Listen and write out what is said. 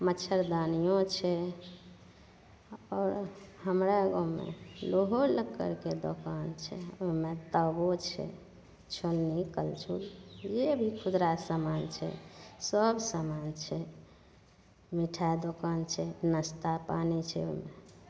मच्छरदानिओ छै आओर हमरा ओहिमे लोहो लक्कड़के दोकान छै ओहिमे तावो छै छोलनी कड़छुल जे भी खुदरा समान छै सब समान छै मिठाइ दोकान छै नाश्ता पानी छै